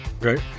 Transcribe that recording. right